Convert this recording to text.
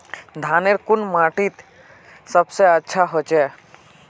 धानेर कुन माटित सबसे अच्छा होचे?